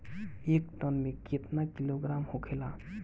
एक टन मे केतना किलोग्राम होखेला?